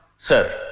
sir.